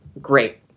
great